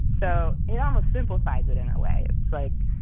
so it almost simplifies it in a way. it's like,